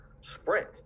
sprint